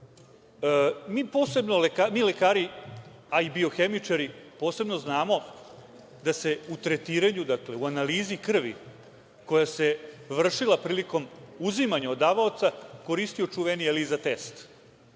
radi. Mi lekari, a i biohemičari posebno znamo da se u tretiranju, dakle, u analizi krvi koja se vršila prilikom uzimanja od davaoca koristio čuveni ELISA test.